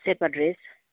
Sherpa dress